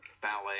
ballet